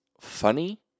funny